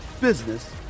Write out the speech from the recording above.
business